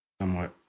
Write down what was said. Somewhat